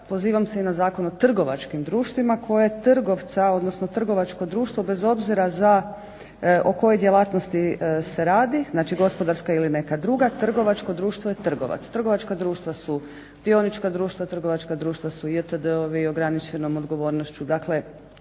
pozivam se i na Zakon o trgovačkim društvima koje trgovca odnosno trgovačko društvo, bez obzira o kojoj djelatnosti se radi, znači gospodarska ili neka druga, trgovačko društvo je trgovac. Trgovačka društva su dionička društva, trgovačka društva su jtd-ovi, ograničenom odgovornošću.